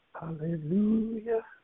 Hallelujah